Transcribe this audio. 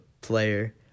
player